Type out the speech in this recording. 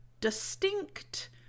distinct